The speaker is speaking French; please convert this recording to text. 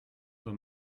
dans